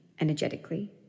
energetically